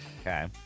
Okay